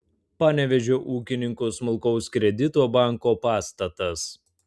panevėžio ūkininkų smulkaus kredito banko pastatas